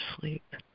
sleep